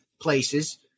places